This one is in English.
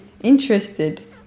interested